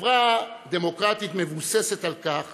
חברה דמוקרטית מבוססת על כך